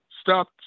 Stop